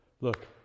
Look